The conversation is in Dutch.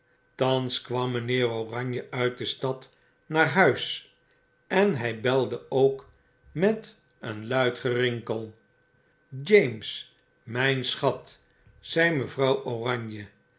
thans kwam mgnheer oranje uit v de stad naar huis en hg belde ook met een luid gerinkel james mgn schat zei mejuffrouw oranje